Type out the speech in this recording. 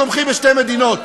אנחנו תומכים בשתי מדינות,